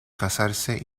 casarse